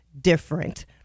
different